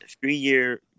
three-year